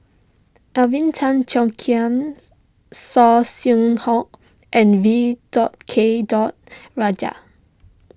Alvin Tan Cheong Kheng Saw Swee Hock and V dot K dot Rajah